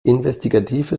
investigative